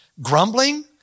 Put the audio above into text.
grumbling